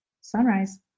sunrise